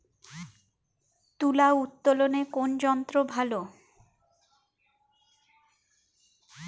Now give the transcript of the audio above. তুলা উত্তোলনে কোন যন্ত্র ভালো?